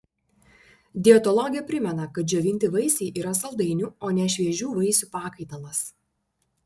dietologė primena kad džiovinti vaisiai yra saldainių o ne šviežių vaisių pakaitalas